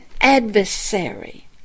adversary